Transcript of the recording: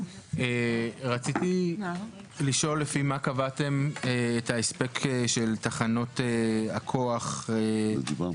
רציתי לשאול לפי מה קבעתם את ההספק של תחנות הכוח --- זה דיברנו.